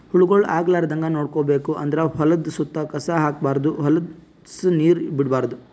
ಹುಳಗೊಳ್ ಆಗಲಾರದಂಗ್ ನೋಡ್ಕೋಬೇಕ್ ಅಂದ್ರ ಹೊಲದ್ದ್ ಸುತ್ತ ಕಸ ಹಾಕ್ಬಾರ್ದ್ ಹೊಲಸ್ ನೀರ್ ಬಿಡ್ಬಾರ್ದ್